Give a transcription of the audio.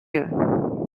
you